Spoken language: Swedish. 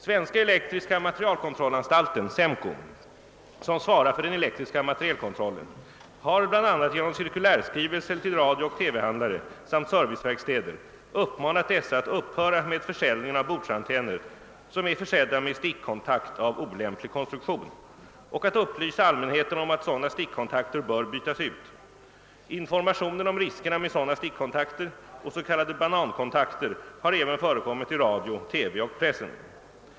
Svenska elektriska materielkonirollanstalten , som svarar för den elektriska materielkontrollen, har bl.a. genom cirkulärskrivelser till radiooch TV-handlare samt = serviceverkstäder uppmanat dessa att upphöra med försäljningen av bordsantenner, som är försedda med stickkontakt av olämplig konstruktion, och att upplysa allmänheten om att sådana stickkontakter bör bytas ut. Informationen om riskerna med sådana stickkontakter och s.k. banankontakter har även förekommit i radio, TV och press.